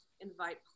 invite